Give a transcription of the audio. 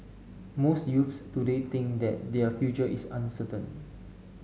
most youths today think that their future is uncertain